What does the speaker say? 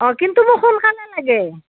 অঁ কিন্তু মোক সোনকালে লাগে